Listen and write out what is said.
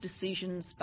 decisions